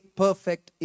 perfect